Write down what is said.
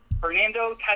Fernando